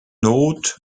note